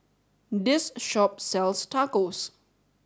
this shop sells Tacos